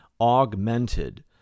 augmented